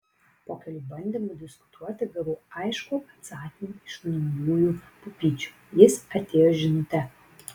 po kelių bandymų diskutuoti gavau aiškų atsakymą iš naujųjų pupyčių jis atėjo žinute